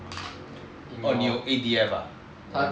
orh 你有 A_D_M ah